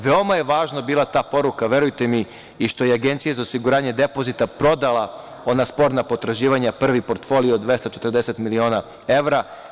Veoma je važna bila ta poruka, verujte mi, i što je Agencija za osiguranje depozita prodala ona sporna potraživanja, prvi portfolio od 240 miliona evra.